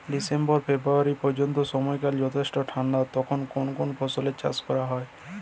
December February পর্যন্ত সময়কাল যথেষ্ট ঠান্ডা তখন কোন কোন ফসলের চাষ করা হয়?